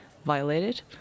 violated